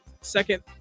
second